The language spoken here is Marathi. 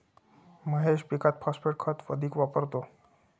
महेश पीकात फॉस्फेट खत अधिक वापरतो